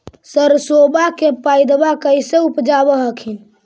सरसोबा के पायदबा कैसे उपजाब हखिन?